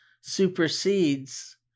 supersedes